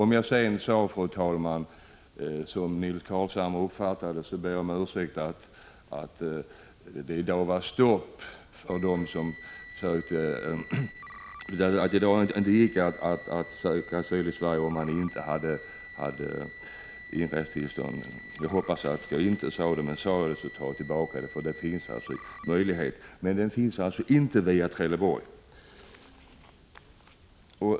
Om jag nu uttryckte mig så som Nils Carlshamre uppfattade det, att det i dag inte går att söka sig till Sverige om man inte har inresetillstånd, ber jag om ursäkt. Jag hoppas att jag inte sade så. Men om jag gjorde det, tar jag tillbaka vad jag sade. Det finns en sådan möjlighet. Men det är alltså inte möjligt att ta sig in via Trelleborg.